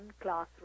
classroom